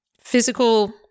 physical